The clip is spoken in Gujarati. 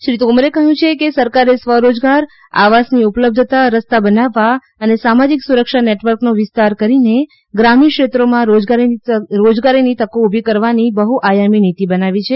શ્રી તોમરે કહ્યું છે કે સરકારે સ્વરોજગાર આવાસની ઉપલબ્ધતા રસ્તા બનાવવા અને સામાજીક સુરક્ષા નેટવર્કનો વિસ્તાર કરીને ગ્રામીણ ક્ષેત્રોમાં રોજગારીની તકો ઉલી કરવાની બહ્યઆયામી નિતિ બનાવી છે